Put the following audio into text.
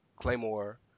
Claymore